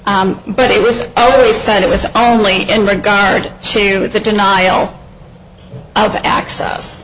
but it was always said it was only in regard to the denial of access